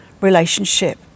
relationship